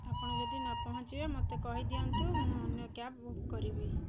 ଆପଣ ଯଦି ନ ପହଞ୍ଚିବେ ମୋତେ କହିଦିଅନ୍ତୁ ମୁଁ ଅନ୍ୟ କ୍ୟାବ୍ ବୁକ୍ କରିବି